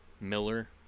Miller